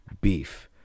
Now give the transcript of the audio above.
beef